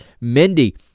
Mindy